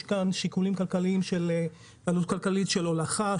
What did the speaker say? יש כאן שיקולים של עלות כלכלית של הולכה,